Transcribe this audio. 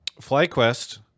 FlyQuest